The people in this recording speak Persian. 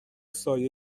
سایه